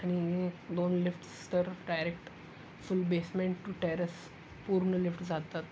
आणि दोन लिफ्ट्स तर direct full basement to terrace पूर्ण लिफ्ट जातात